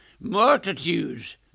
Multitudes